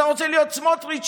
אתה רוצה להיות סמוטריץ',